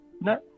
no